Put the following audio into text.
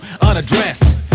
unaddressed